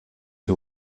who